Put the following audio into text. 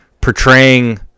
portraying